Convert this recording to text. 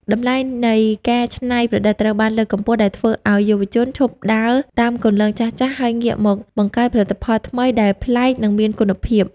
តម្លៃនៃ "ការច្នៃប្រឌិត"ត្រូវបានលើកកម្ពស់ ដែលធ្វើឱ្យយុវជនឈប់ដើរតាមគន្លងចាស់ៗ ហើយងាកមកបង្កើតផលិតផលថ្មីដែលប្លែក និងមានគុណភាព។